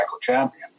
champion